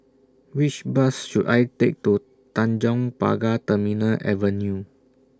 Which Bus should I Take to Tanjong Pagar Terminal Avenue